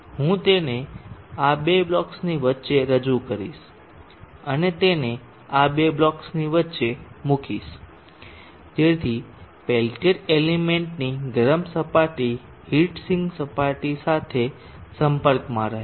હું તેને આ બે બ્લોક્સની વચ્ચે રજૂ કરીશ અને તેને આ બે બ્લોક્સની વચ્ચે મૂકીશ જેથી પેલ્ટીયર એલિમેન્ટની ગરમ સપાટી હીટ સિંક સપાટી સાથે સંપર્કમાં રહે